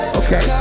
okay